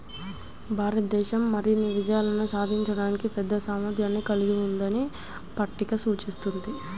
భారతదేశం మరిన్ని విజయాలు సాధించడానికి పెద్ద సామర్థ్యాన్ని కలిగి ఉందని పట్టిక సూచిస్తుంది